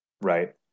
right